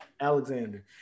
Alexander